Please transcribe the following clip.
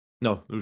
No